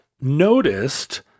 noticed